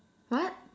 what